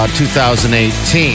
2018